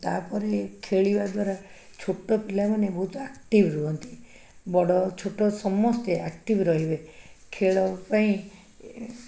ତା'ପରେ ଖେଳିବା ଦ୍ୱାରା ଛୋଟ ପିଲାମାନେ ବହୁତ ଆକ୍ଟିଭ ରୁହନ୍ତି ବଡ଼ ଛୋଟ ସମସ୍ତେ ଆକ୍ଟିଭ ରହିବେ ଖେଳ ପାଇଁ